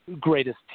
greatest